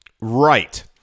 Right